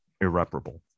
irreparable